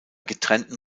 getrennten